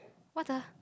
what the